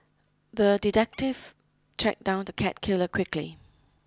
the detective tracked down the cat killer quickly